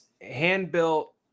hand-built